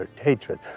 hatred